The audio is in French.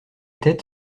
têtes